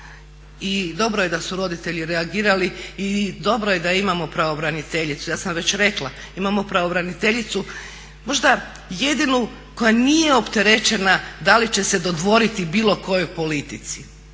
I dobro je da su roditelji reagirali i dobro je da imao pravobraniteljicu. Ja sam već rekla, imamo pravobraniteljicu možda jedinu koja nije opterećena da li će se dodvoriti bilo kojoj politici,